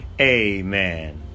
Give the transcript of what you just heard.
amen